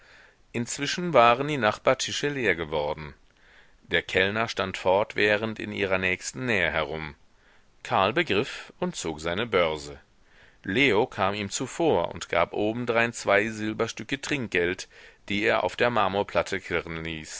inzwischen waren die nachbartische leer geworden der kellner stand fortwährend in ihrer nächsten nähe herum karl begriff und zog seine börse leo kam ihm zuvor und gab obendrein zwei silberstücke trinkgeld die er auf der marmorplatte klirren ließ